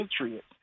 patriots